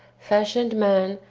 fashioned man,